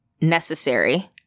necessary